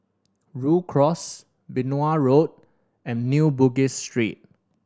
Rhu Cross Benoi Road and New Bugis Street